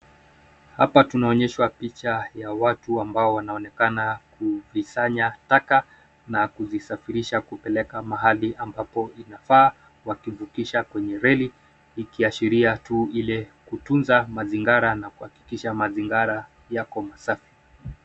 Hapa tunaonyeshwa picha ya watu ambao wanaonekana kukusanya taka na kuzisafirisha kupeleka mahali ambapo inafaa wakivukisha kwenye reli ikiashiria tu ile kutunza mazingira na kuhakikisha mazingira yako masafi.